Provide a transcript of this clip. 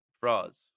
frauds